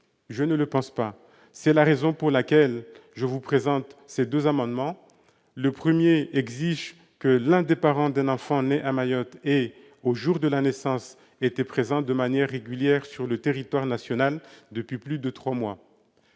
Je ne le pense pas. C'est la raison pour laquelle je présente ces deux amendements. L'amendement n° 30 rectifié exige que l'un des parents d'un enfant né à Mayotte ait été présent de manière régulière sur le territoire national depuis plus de trois mois